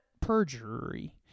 perjury